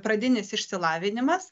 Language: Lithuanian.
pradinis išsilavinimas